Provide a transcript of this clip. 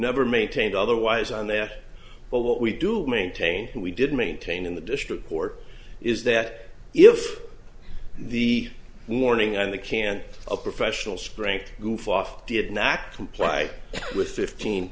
never maintained otherwise on the air but what we do maintain and we did maintain in the district court is that if the morning on the can't a professional spring goof off did not act comply with fifteen